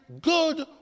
good